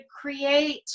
create